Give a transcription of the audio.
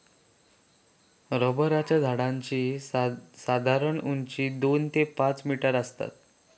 रबराच्या झाडाची साधारण उंची दोन ते पाच मीटर आसता